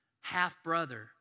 half-brother